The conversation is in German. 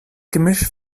gemisch